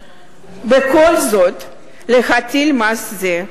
בכל זאת להטיל מס זה.